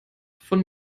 von